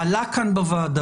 זה עלה כאן בוועדה.